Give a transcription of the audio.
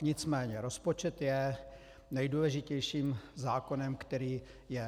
Nicméně rozpočet je nejdůležitějším zákonem, který je.